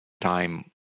time